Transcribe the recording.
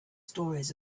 stories